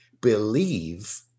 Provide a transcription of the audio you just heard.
believe